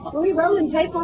we rolling tape on